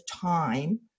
time